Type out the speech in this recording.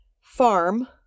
farm